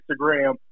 Instagram